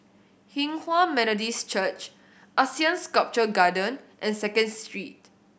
Hinghwa Methodist Church ASEAN Sculpture Garden and Second Street